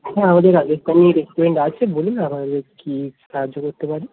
হ্যাঁ আমাদের রাজস্থানী রেস্টুরেন্ট আছে বলুন আপনাদের কী সাহায্য করতে পারি